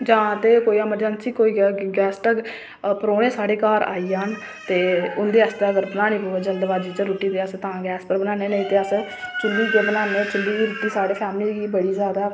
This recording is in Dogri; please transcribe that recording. ते जां कोई एमरजेंसी गैस दा तां परौहने साढ़े घर आई जाह्न ते उं'दे आस्तै अगर बनानी पवै जल्दबाज़ी च रुट्टी तां गैस पर बनाने नेईं तां अस चु'ल्ली पर बनाने चु'ल्ली दी रुट्टी साढ़ी फैमिली दी बड़ी जादा